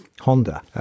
Honda